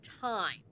time